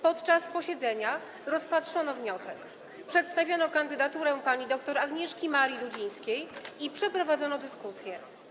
Podczas posiedzenia rozpatrzono wniosek, przedstawiono kandydaturę pani dr Agnieszki Marii Dudzińskiej i przeprowadzono dyskusję.